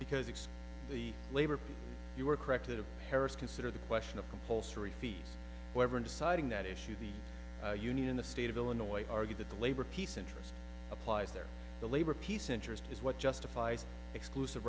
because it's the labor you were corrected of paris consider the question of compulsory fees however in deciding that issue the union in the state of illinois argued that the labor peace interest applies there the labor peace interest is what justifies exclusive